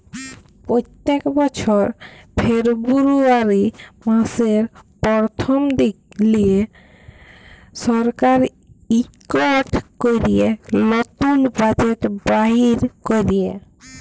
প্যত্তেক বছর ফেরবুয়ারি ম্যাসের পরথম দিলে সরকার ইকট ক্যরে লতুল বাজেট বাইর ক্যরে